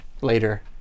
Later